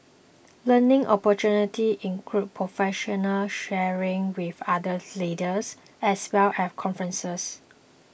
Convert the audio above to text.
learning opportunities include professional sharing with other leaders as well as conferences